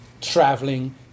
traveling